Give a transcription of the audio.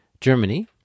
Germany